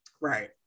Right